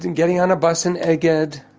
and getting on a bus in egged.